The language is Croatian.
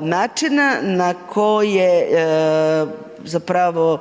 načina na koji zapravo